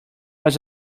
was